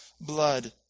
blood